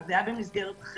אבל זה היה במסגרת אחרת,